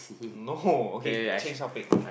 no okay change topic